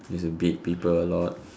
use to beat people a lot